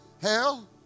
hell